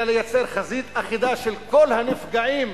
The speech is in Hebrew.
אלא לייצר חזית אחידה של כל הנפגעים